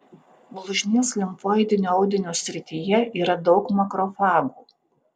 blužnies limfoidinio audinio srityje yra daug makrofagų